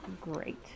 great